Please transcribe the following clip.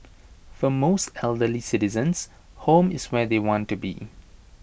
for most elderly citizens home is where they want to be